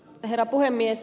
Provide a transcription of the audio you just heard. herra puhemies